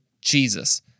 jesus